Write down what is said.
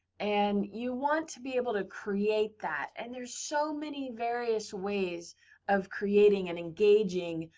and you want to be able to create that and there's so many various ways of creating and engaging.